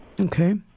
Okay